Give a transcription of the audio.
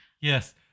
Yes